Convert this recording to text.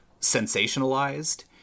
sensationalized